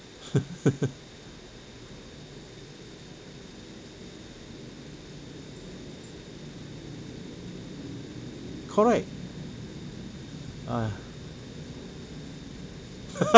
correct !aiya!